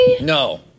No